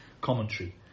commentary